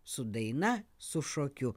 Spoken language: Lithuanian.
su daina su šokiu